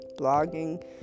blogging